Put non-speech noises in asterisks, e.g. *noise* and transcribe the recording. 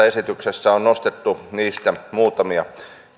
*unintelligible* esityksessä on nostettu niistä muutamia